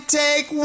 take